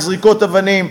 זריקות אבנים,